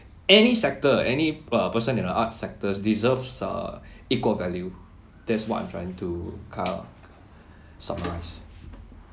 any sector any pe~ person in the arts sectors deserves err equal value that's what I'm trying to ah summarise